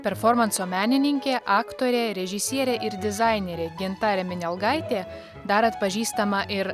performanso menininkė aktorė režisierė ir dizainerė gintarė minelgaitė dar atpažįstama ir